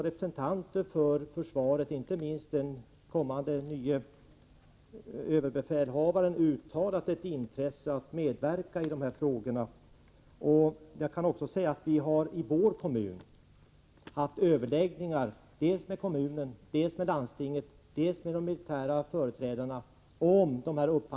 Representanter för försvaret, inte minst den kommande nye överbefälhavaren, har uttalat sitt intresse för att medverka i diskussionen kring dessa frågor. Vi har haft överläggningar om upphandlingssystemet dels med kommunen, dels med landstinget, dels med de militära företrädarna.